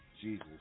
Jesus